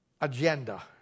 agenda